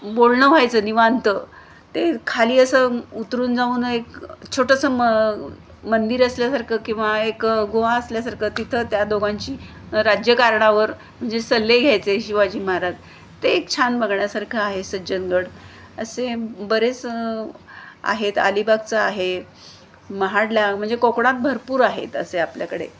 बोलणं व्हायचं निवांत ते खाली असं उतरून जाऊन एक छोटंसं म मंदिर असल्यासारखं किंवा एक गुहा असल्यासारखं तिथं त्या दोघांची राज्यकारणावर म्हणजे सल्ले घ्यायचे शिवाजी महाराज ते एक छान बघण्यासारखं आहे सज्जनगड असे बरेच आहेत अलिबागचं आहे महाडला म्हणजे कोकणात भरपूर आहेत असे आपल्याकडे